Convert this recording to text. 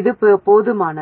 இது போதுமானது